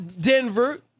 Denver